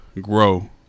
grow